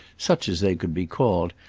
such as they could be called,